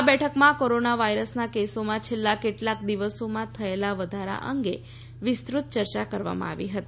આ બેઠકમાં કોરોના વાયરસના કેસોમાં છેલ્લા કેટલાક દિવસોમાં થયેલા વધારા અંગે વિસ્તૃત ચર્ચા કરવામાં આવી હતી